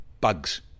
Bugs